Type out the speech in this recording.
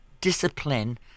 discipline